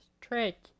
Trick